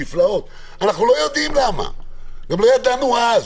אנחנו לא יודעים למה וגם לא ידענו אז.